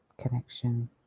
connection